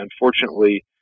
unfortunately